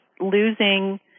losing